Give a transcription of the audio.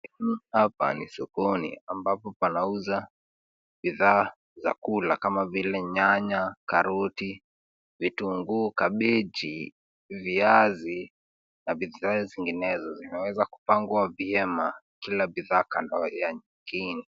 Hapa ni sokoni ambapo panauza bidhaa za kula kama vile; nyanya, karoti, vitunguu, kabichi, viazi na bidhaa zinginezo zimeweza kupangwa vyema kila bidhaa kando ya nyingine.